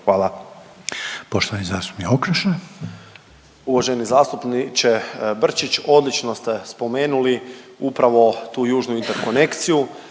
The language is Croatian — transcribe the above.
Okroša. **Okroša, Tomislav (HDZ)** Uvaženi zastupniče Brčić, odlično ste spomenuli upravo tu južnu interkonekciju,